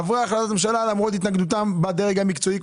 עברה החלטת ממשלה למרות התנגדותם בדרג המקצועי,